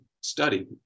study